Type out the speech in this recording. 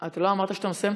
אתה לא אמרת שאתה מסיים.